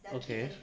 okay